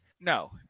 No